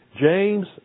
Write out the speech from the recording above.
James